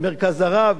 "מרכז הרב",